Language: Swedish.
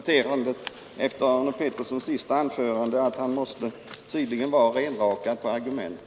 Herr talman! Efter herr Arne Petterssons i Malmö sista anförande kan jag bara konstatera att han tydligen är renrakad på argument.